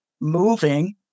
moving